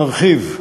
נרחיב.